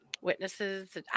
witnesses